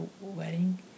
wedding